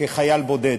כחייל בודד.